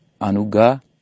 anuga